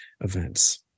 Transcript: events